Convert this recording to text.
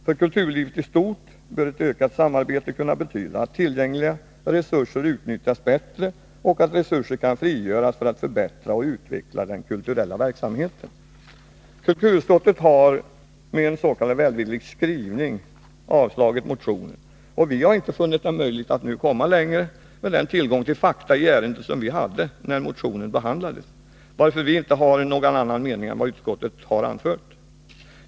För kulturlivet i stort bör ett ökat samarbete kunna betyda att tillgängliga resurser utnyttjas bättre och att resurser kan frigöras för att förbättra och utveckla den kulturella verksamheten.” Kulturutskottet har med en s.k. välvillig skrivning avstyrkt motionen, och vi har inte funnit det möjligt att nu komma längre med den tillgång till fakta i ärendet som vi hade när motionen behandlades, varför vi inte har någon annan mening än vad utskottet har anfört.